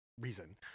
reason